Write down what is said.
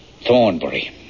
Thornbury